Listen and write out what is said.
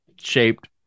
shaped